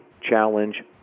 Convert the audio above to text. challenge